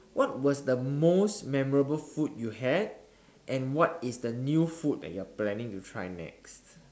what was the most memorable food you had and what is the new food that you are planning to try next